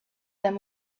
them